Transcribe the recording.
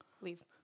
Leave